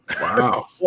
Wow